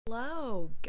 Hello